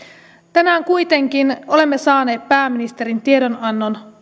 tänään kuitenkin olemme saaneet pääministerin tiedonannon